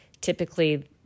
typically